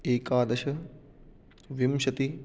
एकादश विंशतिः